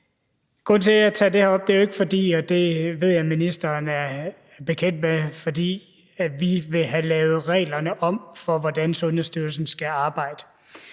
til, at jeg tager det her op, er jo ikke – og det ved jeg ministeren er bekendt med – at vi vil have lavet reglerne for, hvordan Sundhedsstyrelsen skal arbejde,